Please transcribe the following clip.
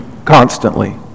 constantly